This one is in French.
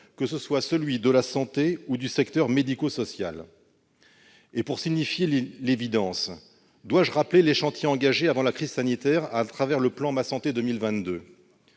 que ce soit celui de la santé ou du secteur médico-social. Pour signifier l'évidence, dois-je rappeler les chantiers engagés avant la crise sanitaire à travers le plan Ma santé 2022 ?